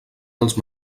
dels